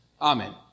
Amen